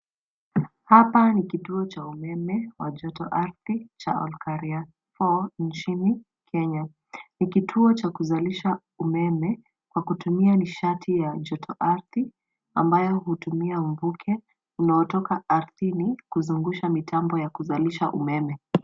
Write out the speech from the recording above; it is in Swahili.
Hapa ni kituo cha umeme wa joto-ardhi cha Olkaria nchini Kenya. Ni kituo cha kuzalisha umeme, kwa kutumia nishati ya joto-ardhi ambayo hutumia mvuke unaotaka ardhini kuzungusha mitambo ya kuzalisha umeme.